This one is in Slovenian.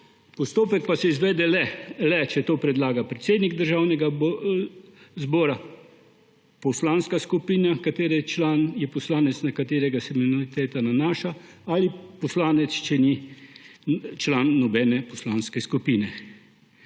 Postopek pa se izvede le, če to predlaga predsednik Državnega zbora, poslanska skupina, katere član je poslanec, na katerega se imuniteta nanaša, ali poslanec, če ni član nobene poslanske skupine.